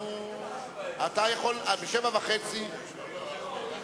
ראש הממשלה בענייני אוצר או סגן השר או השר?